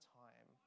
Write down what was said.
time